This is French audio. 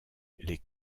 les